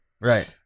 Right